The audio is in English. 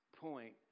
point